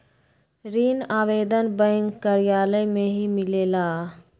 ऋण आवेदन बैंक कार्यालय मे ही मिलेला?